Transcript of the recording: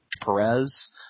Perez